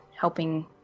helping